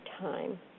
time